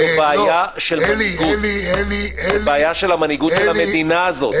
זו בעיה של המנהיגות של המדינה הזאת,